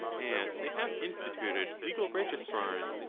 as they have instituted legal registrars,